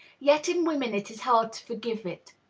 yet in women it is hard to forgive it.